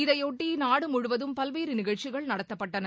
இதையொட்டி நாடுமுழுவதும் பல்வேறு நிகழ்ச்சிகள் நடத்தப்பட்டன